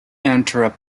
entered